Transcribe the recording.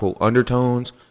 undertones